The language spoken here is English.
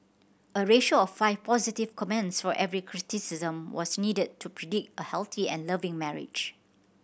a ratio of five positive comments for every criticism was needed to predict a healthy and loving marriage